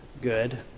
good